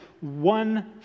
one